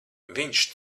viņš